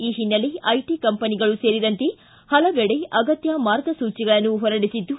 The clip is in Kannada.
ಈ ಹಿನ್ನೆಲೆ ಐಟಿ ಕಂಪನಿಗಳು ಸೇರಿದಂತೆ ಹಲವೆಡೆ ಅಗತ್ಯ ಮಾರ್ಗಸೂಚಿಗಳನ್ನು ಹೊರಡಿಸಿದ್ದು